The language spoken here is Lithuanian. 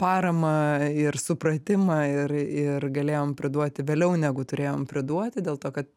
paramą ir supratimą ir ir galėjom priduoti vėliau negu turėjom priduoti dėl to kad